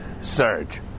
surge